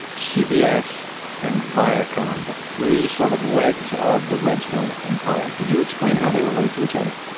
cbs and viacom. the three sort of legs of the redstone empire. could you explain how they relate to each other?